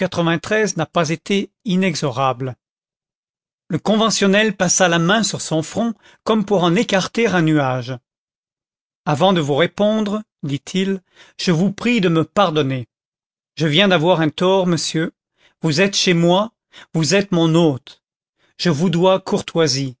n'a pas été inexorable le conventionnel passa la main sur son front comme pour en écarter un nuage avant de vous répondre dit-il je vous prie de me pardonner je viens d'avoir un tort monsieur vous êtes chez moi vous êtes mon hôte je vous dois courtoisie